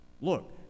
Look